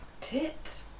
tits